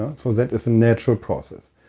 ah so, that is a natural process.